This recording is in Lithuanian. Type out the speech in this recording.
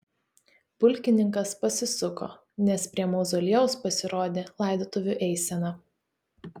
pulkininkas pasisuko nes prie mauzoliejaus pasirodė laidotuvių eisena